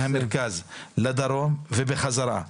מהמרכז, לדרום, ובחזרה.